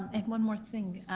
and one more thing.